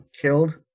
killed